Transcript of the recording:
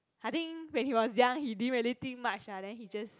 I think when he was young he didn't really think much ah then he just